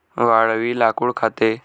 वाळवी लाकूड खाते